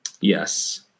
Yes